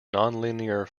nonlinear